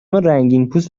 رنگینپوست